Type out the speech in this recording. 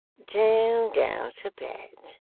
do go to bed